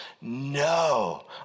no